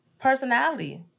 personality